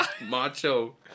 macho